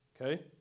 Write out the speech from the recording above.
Okay